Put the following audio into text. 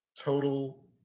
total